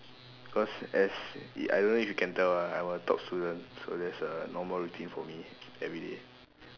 cause as I don't know if you can tell ah I'm a top student so that's a normal routine for me everyday